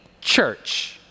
church